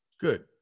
Good